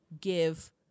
give